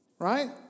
right